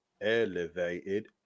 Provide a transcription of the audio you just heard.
elevated